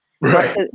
right